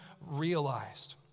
realized